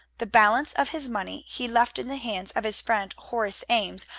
the balance of his money he left, in the hands of his friend horace ames,